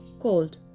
cold